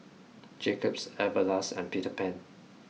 Jacob's Everlast and Peter Pan